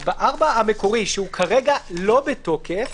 ב-4 המקורי, שכרגע הוא לא בתוקף,